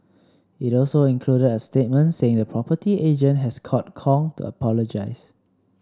it also included a statement saying the property agent had called Kong to apologise